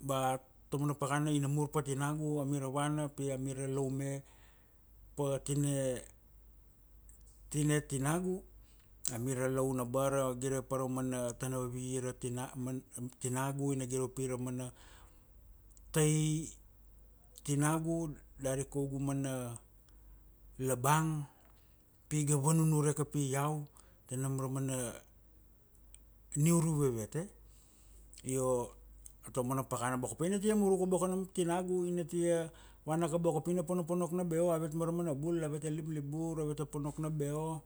ba ta mana pakana ina mur pa tinagu amir ra vana pi amir ra laume pa tine, tine tinagu. Amira laun abara gire pa ra mana tana vavi tinagu, ina gire u pi ra mana tai tinagu, dari kaugu mana labang. Pi ga vanunure kapi iau ta nam ra mana niuru vevet eh. Io ta mana pakana boko pa ina tia muruk boko nam tinagu, ina tia vana ka boko pi na ponoponok na beo avet ma ra mana bul, ave ta liblibur, ave ta ponok na beo,